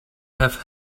have